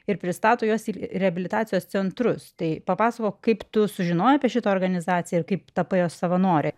ir pristato juos į reabilitacijos centrus tai papasakok kaip tu sužinojai apie šitą organizaciją ir kaip tapai jos savanorė